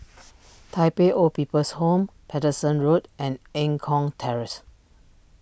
Tai Pei Old People's Home Paterson Road and Eng Kong Terrace